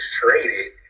traded